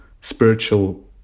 spiritual